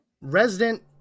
Resident